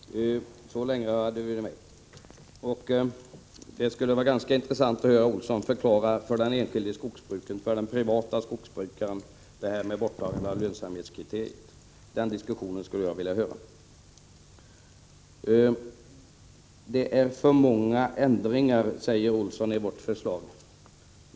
Fru talman! Lönsamhetskriteriet försvann 1979. Det skulle vara ganska intressant att höra hur Karl Erik Olsson för den private skogsbrukaren förklarar borttagandet av lönsamhetskriteriet. Vi föreslår för många ändringar i vår motion, säger Olsson.